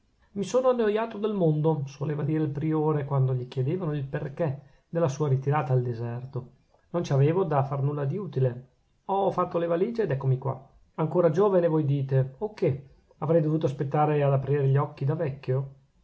mi sono annoiato del mondo soleva dire il priore quando gli chiedevano il perchè della sua ritirata al deserto non ci avevo da far nulla di utile ho fatte le valigie ed eccomi qua ancora giovane voi dite o che avrei dovuto aspettare ad aprir gli occhi da vecchio